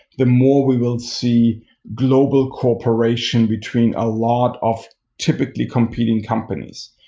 the more we will see global corporation between a log of typically competing companies.